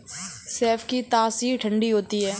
सौंफ की तासीर ठंडी होती है